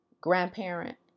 grandparent